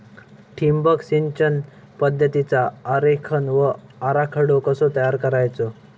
ठिबक सिंचन पद्धतीचा आरेखन व आराखडो कसो तयार करायचो?